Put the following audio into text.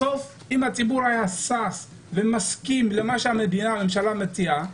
בסוף, אם הציבור היה מסכים למה שהממשלה מציעה,